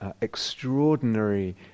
extraordinary